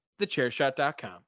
thechairshot.com